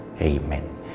Amen